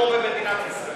כמו מדינת ישראל.